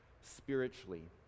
spiritually